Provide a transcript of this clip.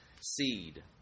seed